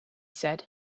said